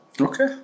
Okay